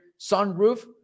sunroof